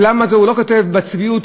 בצביעות,